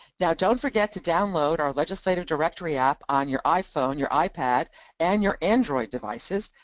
now don't forget to download our legislative directory app on your iphone, your ipad and your android devices.